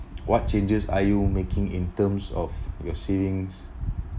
what changes are you making in terms of your savings